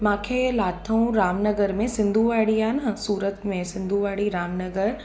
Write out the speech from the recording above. मूंखे लाथऊं रामनगर में सिंधूवाड़ी आहे न सूरत में सिंधूवाड़ी रामनगर